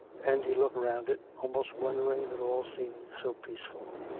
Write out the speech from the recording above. and he looked round it, almost wondering that all seemed so peaceful.